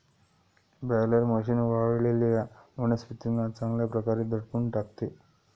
baler machine वाळलेल्या वनस्पतींना चांगल्या प्रकारे दडपून टाकते